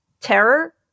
terror